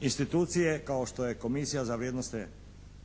Institucije kao što je Komisija za vrijednosne